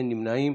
אין נמנעים.